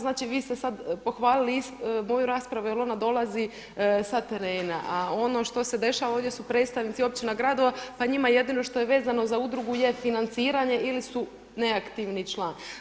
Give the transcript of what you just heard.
Znači vi ste sad pohvalili moju raspravu jer ona dolazi sa terena, a ono što se dešava ovdje su predstavnici općina, gradova, pa njima jedino što je vezano za udrugu je financiranje ili su neaktivni član.